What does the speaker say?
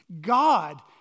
God